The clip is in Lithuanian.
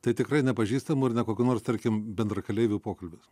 tai tikrai nepažįstamų ir ne kokių nors tarkim bendrakeleivių pokalbis